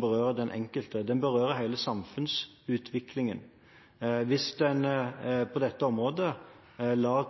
berører den enkelte, det berører hele samfunnsutviklingen. Hvis en på dette området